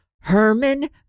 Herman